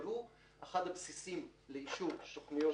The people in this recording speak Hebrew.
אבל הוא אחד הבסיסים לאישור תכניות הדרכה.